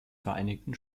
vereinigten